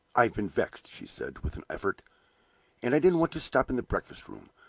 i have been vexed, she said, with an effort and i didn't want to stop in the breakfast-room.